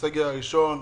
בסגר הראשון,